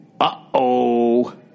Uh-oh